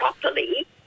properly